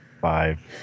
Five